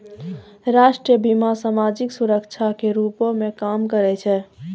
राष्ट्रीय बीमा, समाजिक सुरक्षा के रूपो मे काम करै छै